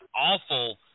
awful